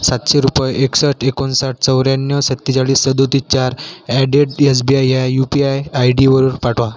सातशे रुपये एकसष्ट एकोणसाठ चौऱ्याण्णव सत्तेचाळीस सदतीस चार ॲडेट एस बी आय या यू पी आय आय डीवरून पाठवा